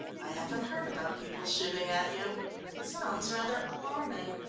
i haven't heard about people shooting at you but it sounds rather alarming.